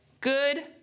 good